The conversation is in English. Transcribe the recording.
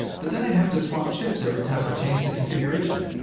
but then i'd have to swap chips every time i changed the configuration.